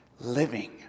living